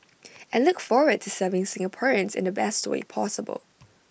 and look forward to serving Singaporeans in the best way possible